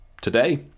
today